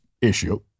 issue